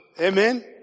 Amen